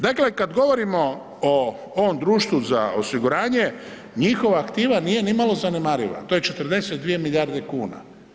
Dakle, kada govorimo ovom društvu za osiguranje njihova aktiva nije nimalo zanemariva, to j 42 milijarde kuna.